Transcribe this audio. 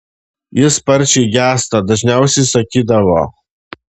jis sparčiai gęsta dažniausiai sakydavo